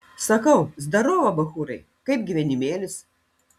sakau zdarova bachūrai kaip gyvenimėlis